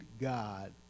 God